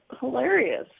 hilarious